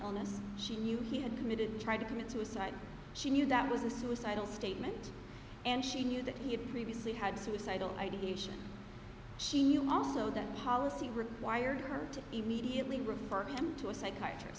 illness she knew he had committed tried to commit suicide she knew that was a suicidal statement and she knew that he had previously had suicidal ideation she knew also that policy required her to immediately refer him to a psychiatrist